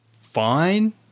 fine